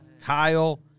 Kyle